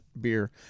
beer